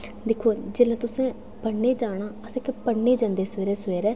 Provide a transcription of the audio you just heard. दिक्खो जेल्लै तुस पढ़ने गी जाना अस उत्थै पढ़ने गी जंदे सवेरै सवेरै